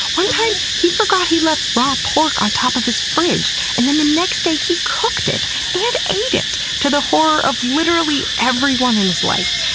one time, he forgot he left raw pork on top of his fridge, and then the next day he cooked it and ate it to the horror of literally everyone in his life!